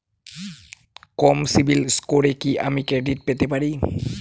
কম CIBIL স্কোরে কি আমি ক্রেডিট পেতে পারি?